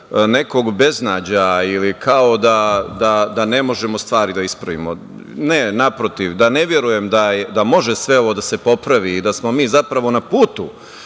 nekog beznađa ili kao da ne možemo stvari da ispravimo. Ne, naprotiv da ne verujem da može sve ovo da se popravi i da smo mi zapravo na putu,